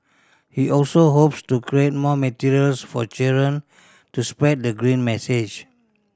he also hopes to create more materials for children to spread the green message